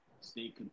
stay